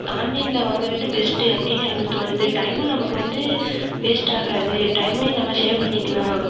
ஆன்லைனில் வாங்குவது பெஸ்ட் அப்படின்னு எனக்கு தோணுது டைமும் நமக்கு வந்து வேஸ்ட் ஆகாது டைமையும் நம்ம சேவ் பண்ணிக்கலாம்